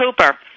Cooper